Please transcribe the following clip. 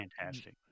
fantastic